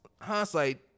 hindsight